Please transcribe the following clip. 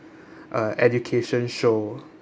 uh education show